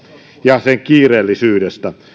ja sen kiireellisyydestä